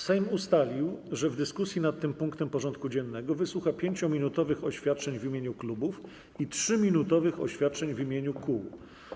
Sejm ustalił, że w dyskusji nad tym punktem porządku dziennego wysłucha 5-minutowych oświadczeń w imieniu klubów i 3-minutowych oświadczeń w imieniu kół.